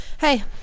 Hey